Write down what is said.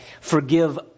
forgive